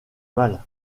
mal